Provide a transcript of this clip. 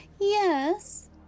yes